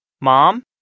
Mom